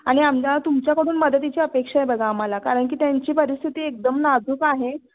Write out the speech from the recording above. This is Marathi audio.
आणि आमदा तुमच्याकडून मदतीची अपेक्षा आहे बघा आम्हाला कारण की त्यांची परिस्थिती एकदम नाजूक आहे